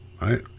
right